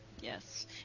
Yes